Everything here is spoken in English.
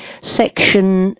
section